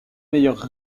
meilleurs